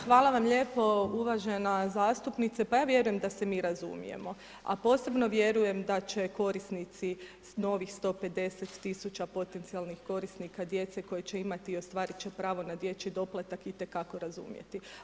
Hvala vam lijepo uvažena zastupnice, pa ja vjerujem da se mi razumijemo a posebno vjerujem da će korisnici novih 150 tisuća potencijalnih korisnika djece koji će imati i ostvariti će pravo na dječji doplatak itekako razumjeti.